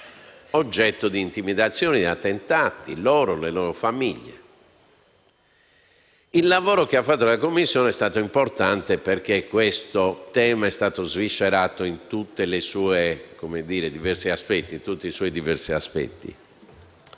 oggetto di intimidazioni e di attentati, insieme alle loro famiglie. Il lavoro svolto dalla Commissione è stato importante, perché questo tema è stato sviscerato in tutti i suoi diversi aspetti